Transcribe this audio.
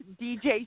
DJ